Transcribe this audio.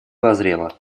назрела